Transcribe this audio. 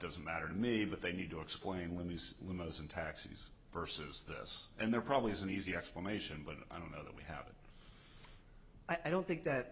doesn't matter to me but they need to explain when these limousine taxes versus this and there probably is an easy explanation but i don't know that we have it i don't think that